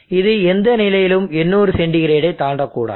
இது எந்த நிபந்தனையிலும் 800 சென்டிகிரேட்டை தாண்டக்கூடாது